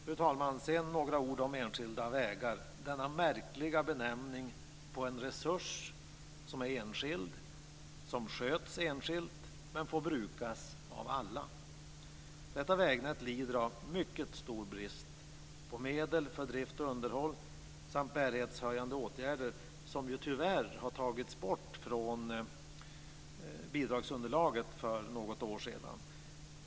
Jag ska säga några ord om enskilda vägar - denna märkliga benämning på en resurs som är enskild, och som sköts enskilt, men som får brukas av alla. Detta vägnät lider mycket stor brist på medel för drift och underhåll samt för bärighetshöjande åtgärder, vilket tyvärr har tagits bort från bidragsunderlaget för något år sedan.